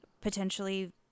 potentially